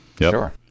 Sure